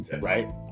right